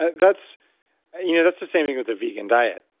that's you know that's the same thing with the vegan diet,